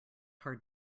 hard